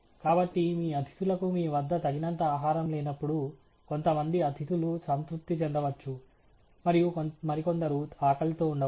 కాబట్టి మీ అతిథులకు మీ వద్ద తగినంత ఆహారం లేనప్పుడు కొంతమంది అతిథులు సంతృప్తి చెందవచ్చు మరియు మరికొందరు ఆకలితో ఉండవచ్చు